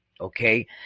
okay